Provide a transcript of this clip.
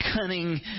cunning